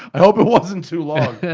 i hope it wasn't too long! yeah